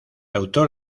autor